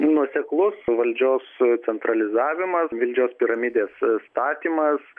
nuoseklus valdžios centralizavimas valdžios piramidės statymas